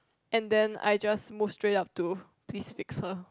and then I just move straight up to tea speaks her